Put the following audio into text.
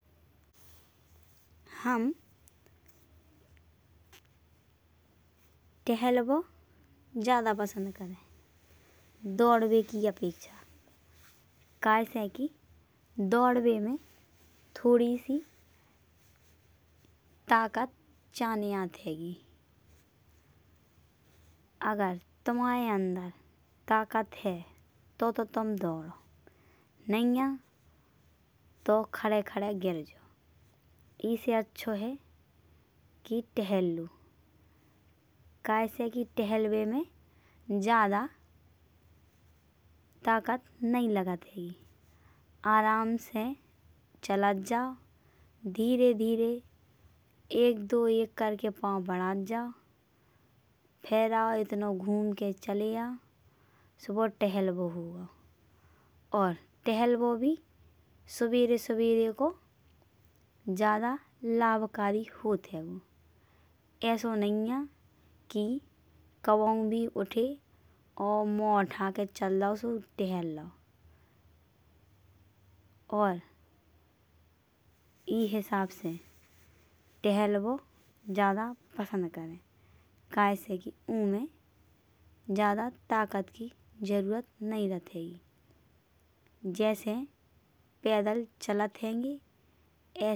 हम तहलवो ज्यादा पसंद करवें दौड़वे की अपेक्षा। कहे से कि दौड़वे में थोड़ी सी ताकत चाहने आहत हैंगी। अगर तुम्हारे अंदर ताकत है तो तुम दौड़ो नहीं है तो खड़े खड़े गिर जाओ। एसे अचो है कि तहल लेओ कहे से कि तहलवे में ज्यादा ताकत नहीं लागत हैंगी। आराम से चलत जाओ धीरे धीरे एक दो एक करके पाव बढ़त जाओ। फेराव इतनो घूम के चले आओ सो वो तहलवो हो गओ। और तहलवो भी सबेरे सबेरे को ज्यादा लाभकारी होत हैंगी। ऐसो नहीं है कि कहवौ भी उठे और मुँह उठा के चल दओ सो तहल लओ। और ई हिसाब से तहलवो ज्यादा पसंद करे। कहे से कि इमे ज्यादा ताकत की जरूरत नाईरख रही। जैसे पैदल चलत हैंगे।